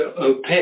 opaque